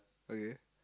okay